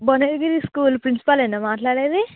Bhuvanagiri school ప్రిన్సిపలేనా మాట్లాడేది